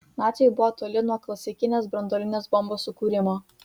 naciai buvo toli nuo klasikinės branduolinės bombos sukūrimo